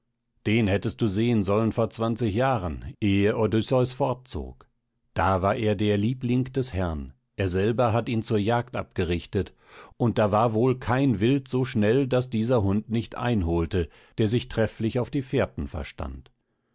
den hättest du sehen sollen vor zwanzig jahren ehe odysseus fortzog da war er der liebling des herrn er selber hat ihn zur jagd abgerichtet und da war wohl kein wild so schnell das dieser hund nicht einholte der sich trefflich auf die fährten verstand